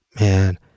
man